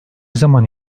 zaman